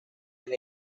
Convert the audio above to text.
and